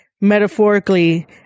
metaphorically